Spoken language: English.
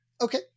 Okay